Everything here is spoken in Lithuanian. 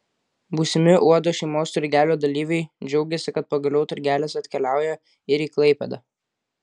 būsimi uodo šeimos turgelio dalyviai džiaugiasi kad pagaliau turgelis atkeliauja ir į klaipėdą